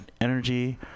energy